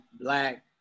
black